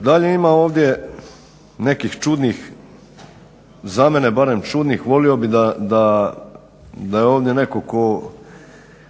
Dalje ima ovdje nekih čudnih za mene barem čudnih, volio bih da je ovdje netko